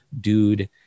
dude